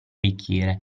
bicchiere